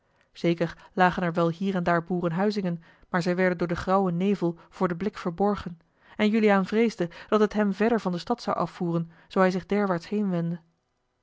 zeker lagen er wel hier en daar boereuhuizingen maar zij werden door den grauwen nevel voor den blik verborgen en juliaan vreesde dat het hem verder van de stad zou afvoeren zoo hij zich